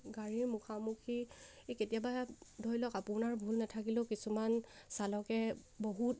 গাড়ীৰ মুখামুখি কেতিয়াবা ধৰি লওক আপোনাৰ ভুল নাথাকিলেও কিছুমান চালকে বহুত